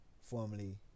Formerly